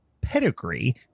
pedigree